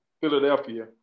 Philadelphia